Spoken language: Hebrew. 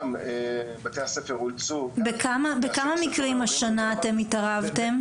גם בתי הספר אולצו --- בכמה מקרים השנה אתם התערבתם?